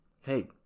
Hey